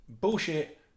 bullshit